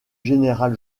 général